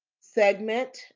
segment